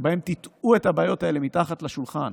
שבו טאטאו את הבעיות האלה מתחת לשולחן